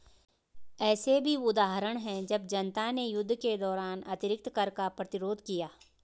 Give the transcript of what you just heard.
ऐसे भी उदाहरण हैं जब जनता ने युद्ध के दौरान अतिरिक्त कर का प्रतिरोध किया